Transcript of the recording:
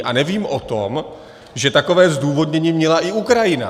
A nevím o tom, že takové zdůvodnění měla i Ukrajina.